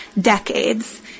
decades